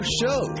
show